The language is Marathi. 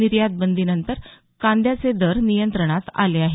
निर्यात बंदीनंतर कांद्याचे दर नियंत्रणात आले आहेत